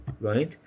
right